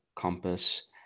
compass